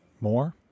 more